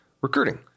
recruiting